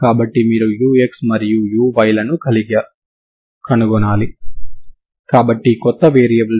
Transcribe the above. కాబట్టి మీరు ఈ విస్తరించిన ఫంక్షన్ ను u1xt అనుకోండి అందువల్ల u1xtuxt x0 u xt x0 అవుతుంది